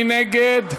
מי נגד?